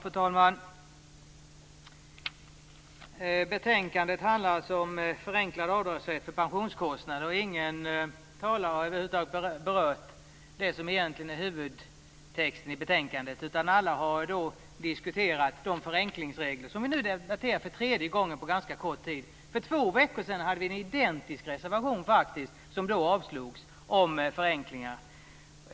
Fru talman! Betänkandet handlar alltså om förenklad avdragsrätt för pensionskostnader. Ingen talare har över huvud taget berört det som egentligen är huvudtexten i betänkandet, utan alla har diskuterat de förenklingsregler som vi nu debatterar för tredje gången på ganska kort tid. För två veckor sedan hade vi en identisk reservation om förenklingar som då avslogs.